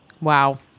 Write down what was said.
Wow